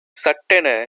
சட்டென